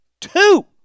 two